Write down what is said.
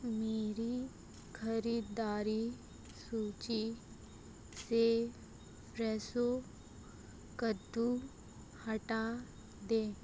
मेरी ख़रीदारी सूची से फ्रेसो कद्दू हटा दें